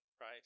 Right